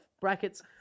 Brackets